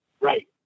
Right